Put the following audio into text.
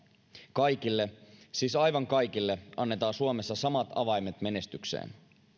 kaikille siis aivan kaikille annetaan suomessa samat avaimet menestykseen